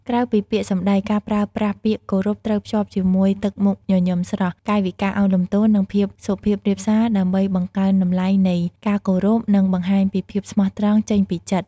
ក្រៅពីពាក្យសម្ដី ការប្រើប្រាស់ពាក្យគោរពត្រូវភ្ជាប់ជាមួយទឹកមុខញញឹមស្រស់ កាយវិការឱនលំទោន និងភាពសុភាពរាបសា ដើម្បីបង្កើនតម្លៃនៃការគោរព និងបង្ហាញពីភាពស្មោះត្រង់ចេញពីចិត្ត។